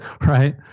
right